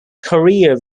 career